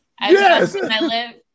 Yes